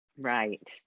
right